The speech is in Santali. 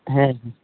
ᱦᱮᱸ ᱦᱮᱸ